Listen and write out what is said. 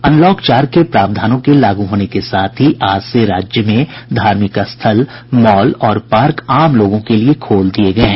unlock चार के प्रावधानों के लागू होने के साथ ही आज से राज्य में धार्मिक स्थल मॉल और पार्क आम लोगों के लिए खोल दिये गये हैं